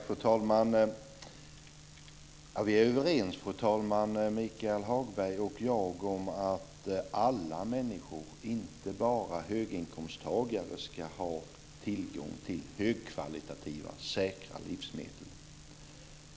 Fru talman! Michael Hagberg och jag är överens om att alla människor, inte bara höginkomsttagare, ska ha tillgång till högkvalitativa, säkra livsmedel.